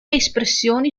espressioni